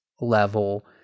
level